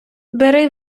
бери